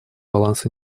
баланс